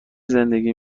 زندگی